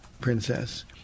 princess